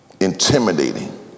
intimidating